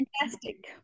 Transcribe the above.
fantastic